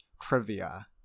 trivia